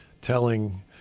telling